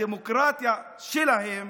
הדמוקרטיה שלהם